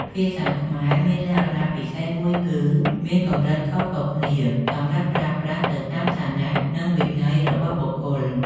ភាសាខ្មែរមានលក្ខណៈពិសេសមួយគឺមាន កម្រិតខុសៗគ្នា សម្រាប់ប្រើប្រាស់ទៅតាមឋានៈ និងវ័យរបស់បុគ្គល។